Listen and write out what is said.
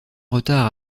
retard